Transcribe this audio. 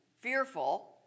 fearful